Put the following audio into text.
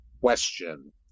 question